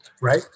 Right